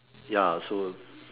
ya so